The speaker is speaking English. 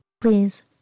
Please